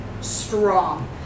strong